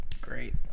Great